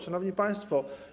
Szanowni Państwo!